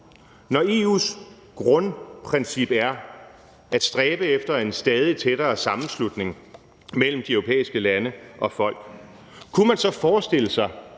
Når EU's grundprincip er at stræbe efter en stadig tættere sammenslutning mellem de europæiske lande og folk, kunne man så forestille sig,